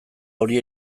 hori